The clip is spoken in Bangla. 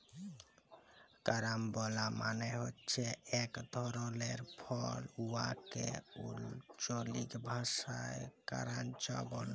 কারাম্বলা মালে হছে ইক ধরলের ফল উয়াকে আল্চলিক ভাষায় কারান্চ ব্যলে